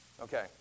Okay